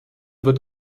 wird